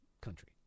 country